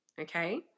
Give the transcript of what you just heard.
okay